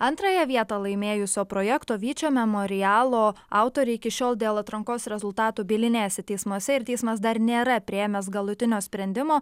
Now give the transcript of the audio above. antrąją vietą laimėjusio projekto vyčio memorialo autoriai iki šiol dėl atrankos rezultatų bylinėjasi teismuose ir teismas dar nėra priėmęs galutinio sprendimo